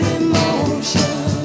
emotion